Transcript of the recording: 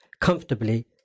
comfortably